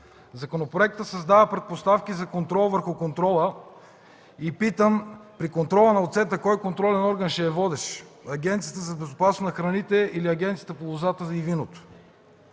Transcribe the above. Законопроектът създава предпоставки за контрол върху контрола. И питам: при контрола на оцета кой контролен орган ще е водещ – Агенцията по безопасност на храните или Агенцията по лозата и виното?